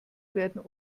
werden